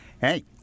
hey